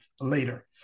later